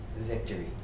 victory